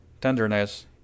tenderness